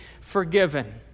forgiven